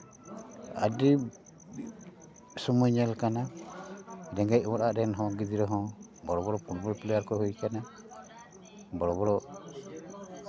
ᱟᱹᱰᱤ ᱥᱚᱢᱚᱭ ᱧᱮᱞ ᱟᱠᱟᱱᱟ ᱨᱮᱸᱜᱮᱡ ᱚᱲᱟᱜ ᱨᱮᱱ ᱦᱚᱸ ᱜᱤᱫᱽᱨᱟᱹ ᱦᱚᱸ ᱵᱚᱲᱚ ᱵᱚᱲᱚ ᱯᱩᱝᱜᱚ ᱯᱞᱮᱭᱟᱨ ᱠᱚ ᱦᱩᱭ ᱟᱠᱟᱱᱟ ᱵᱚᱲᱚ ᱵᱚᱲᱚ